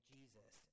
Jesus